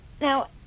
Now